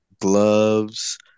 gloves